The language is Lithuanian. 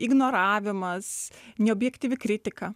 ignoravimas neobjektyvi kritika